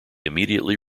immediately